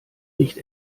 nicht